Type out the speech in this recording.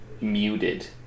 muted